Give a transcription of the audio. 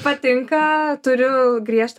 patinka turiu griežtą